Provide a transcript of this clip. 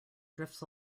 drifts